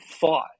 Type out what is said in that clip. thought